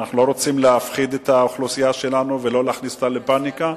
אנחנו לא רוצים להפחיד את האוכלוסייה שלנו ולא להכניס אותה לפניקה,